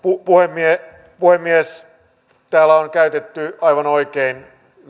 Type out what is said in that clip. puhemies täällä on esitetty aivan oikein